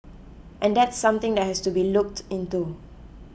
and that's something that has to be looked into